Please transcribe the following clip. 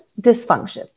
dysfunction